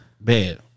Bad